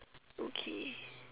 okay